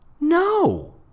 No